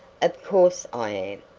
of course i am.